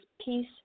peace